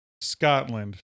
Scotland